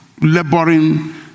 laboring